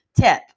tip